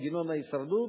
מנגנון ההישרדות.